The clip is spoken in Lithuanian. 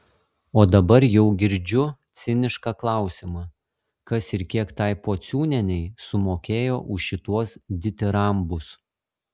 o dabar jau girdžiu cinišką klausimą kas ir kiek tai pociūnienei sumokėjo už šituos ditirambus